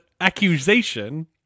accusation